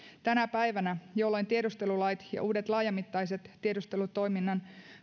tänä päivänä jolloin tiedustelulait ja uudet laajamittaiset tiedustelutoiminnan